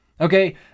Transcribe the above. Okay